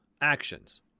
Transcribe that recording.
actions